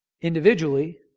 individually